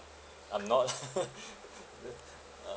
I'm not